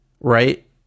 right